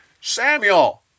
Samuel